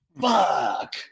Fuck